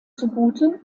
zugute